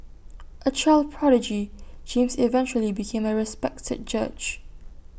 A child prodigy James eventually became A respected judge